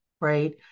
right